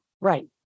Right